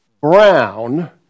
brown